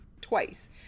twice